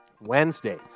Wednesday